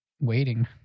Waiting